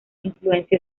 influencia